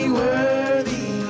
worthy